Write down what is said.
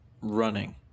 running